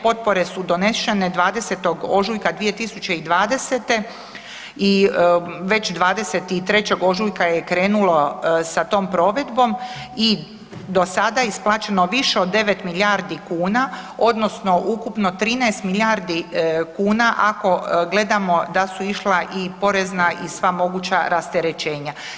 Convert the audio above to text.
Potpore su donešene 20. ožujka 2020. i već 23. ožujka je krenulo sa tom provedbom i do sada je isplaćeno više od 9 milijardi kuna odnosno ukupno 13 milijardi kuna ako gledamo da su išla i porezna i sva moguća rasterećenja.